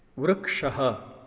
वृक्षः